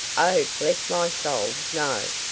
oh, bless my soul, no.